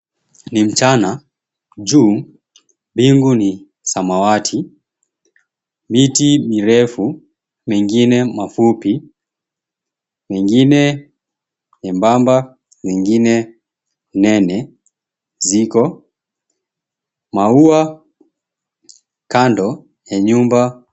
Ni mchana juu mbingu ni samawati miti mirefu mengine mafupi mengine membamba mengine nene ziko. Maua kando ya nyumba.